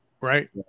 right